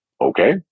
Okay